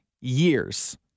years